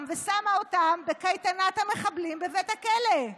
ושמה אותם בקייטנת המחבלים בבית הכלא.